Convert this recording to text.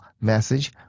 message